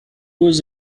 was